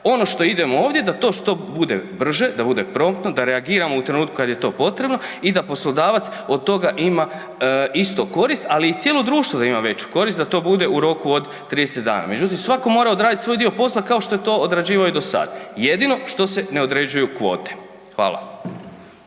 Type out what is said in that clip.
Ono što idemo ovdje, da to što bude brže, da bude promptno, da reagiramo u trenutku kad je to potrebno i da poslodavac od toga ima isto korist ali i cijelo društvo da ima veću korist, da to bude u roku od 30 dana međutim svako mora odradit svoj dio posla kao što je to odrađivao i do sad, jedino što se ne određuju kvote, hvala.